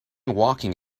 walking